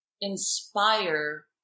inspire